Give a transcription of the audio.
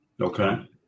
Okay